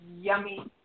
yummy